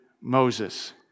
Moses